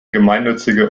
gemeinnützige